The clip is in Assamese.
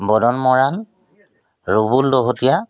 বদন মৰাণ ৰুবুল দহোতিয়া